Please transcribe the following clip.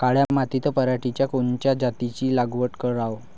काळ्या मातीत पराटीच्या कोनच्या जातीची लागवड कराव?